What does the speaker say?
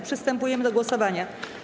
Przystępujemy do głosowania.